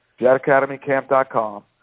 jetacademycamp.com